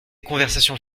conversations